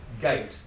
gate